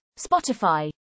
Spotify